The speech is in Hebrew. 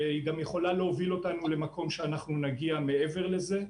והיא גם יכולה להוביל אותנו למקום שאנחנו נגיע מעבר לזה.